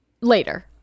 Later